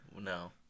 No